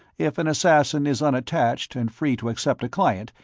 if an assassin is unattached and free to accept a client,